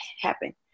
happen